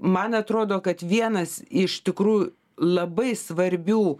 man atrodo kad vienas iš tikrų labai svarbių